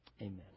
Amen